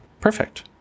Perfect